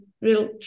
real